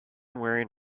wearing